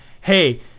hey